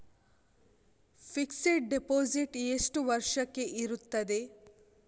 Fixed deposit ಎಷ್ಟು ವರ್ಷಕ್ಕೆ ಇರುತ್ತದೆ?